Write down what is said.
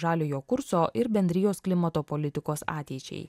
žaliojo kurso ir bendrijos klimato politikos ateičiai